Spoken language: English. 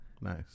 nice